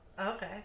Okay